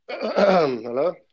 Hello